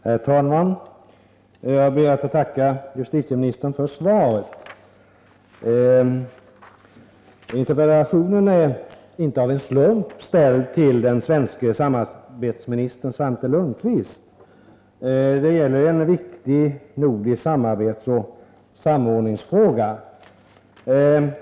Herr talman! Jag ber att få tacka justitieministern för svaret. Interpellationen är inte av en slump ställd till den svenske samarbetsministern Svante Lundkvist. Det gäller ju en viktig nordisk samarbetsoch samordningsfråga.